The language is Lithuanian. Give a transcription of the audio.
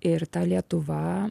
ir ta lietuva